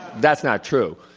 that's not true.